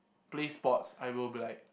play sports I will be like